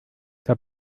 der